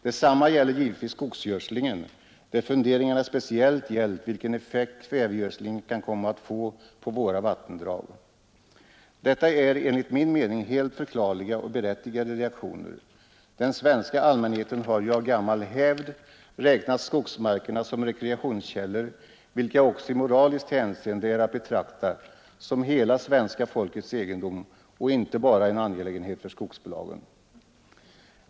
Detsamma gäller givetvis skogsgödslingen, där funderingarna speciellt gällt vilken effekt kvävegödslingen kan komma att få på våra vattendrag. Detta är enligt min mening helt förklarliga och berättigade reaktioner. Den svenska allmänheten har ju av gammal hävd räknat skogsmarkerna som rekreationskällor, vilka också i moraliskt hänseende är att betrakta som hela svenska folkets egendom och inte bara en angelägenhet för skogsbolagen.